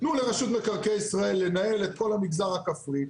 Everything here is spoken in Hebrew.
תנו לרשות מקרקעי ישראל לנהל את כל המגזר הכפרי,